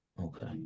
Okay